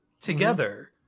together